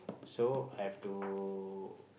so I've to